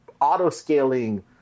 auto-scaling